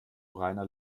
reiner